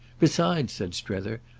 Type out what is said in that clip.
besides, said strether,